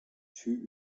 fut